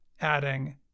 adding